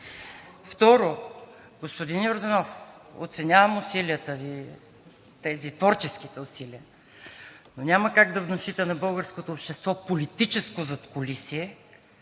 Второ, господин Йорданов, оценявам творческите Ви усилия, но няма как да внушите на българското общество политическо задкулисие,